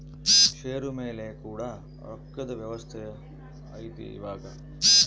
ಷೇರು ಮೇಲೆ ಕೂಡ ರೊಕ್ಕದ್ ವ್ಯವಸ್ತೆ ಐತಿ ಇವಾಗ